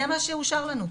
זה מה שאושר לנו,